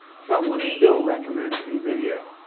someone they know recommends a video.